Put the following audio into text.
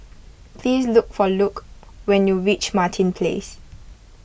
please look for Luc when you reach Martin Place